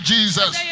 Jesus